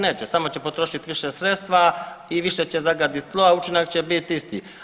Neće, samo će potrošit više sredstva i više će zagadit tlo, a učinak će biti isti.